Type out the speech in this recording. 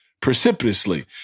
precipitously